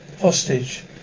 hostage